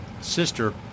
sister